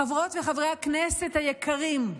חברות וחברי הכנסת היקרים,